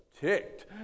ticked